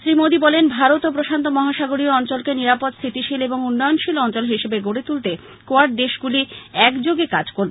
শ্রী মোদী বলেন ভারত ও প্রশান্ত মহাসাগরীয় অঞ্চলকে নিরাপদ স্থিতিশীল এবং উন্নয়নশীল অঞ্চল হিসেবে গড়ে তুলতে কোয়াড দেশগুলি এক যোগে কাজ করবে